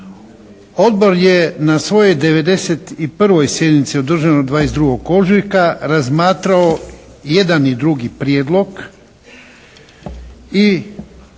Odbor je na svojoj 91. sjednici održanoj 22. ožujka razmatrao jedan i drugi prijedlog